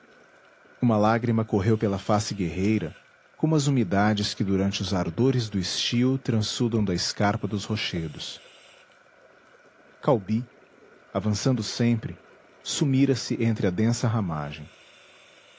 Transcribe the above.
uma lágrima correu pela face guerreira como as umidades que durante os ardores do estio transudam da escarpa dos rochedos caubi avançando sempre sumira-se entre a densa ramagem